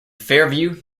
fairview